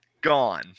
Gone